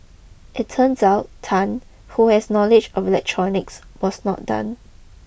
it turns out Tan who has knowledge of electronics was not done